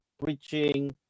preaching